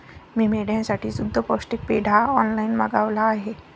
मी मेंढ्यांसाठी शुद्ध पौष्टिक पेंढा ऑनलाईन मागवला आहे